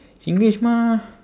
singlish mah